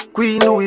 Queen